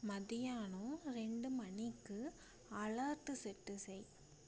மத்யானோம் ரெண்டு மணிக்கு alert set செய்